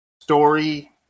story